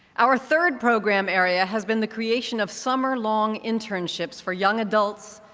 our third program area has been the creation of summer long internships for young adults,